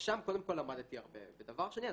ושם קודם כל למדתי הרבה והדבר השני,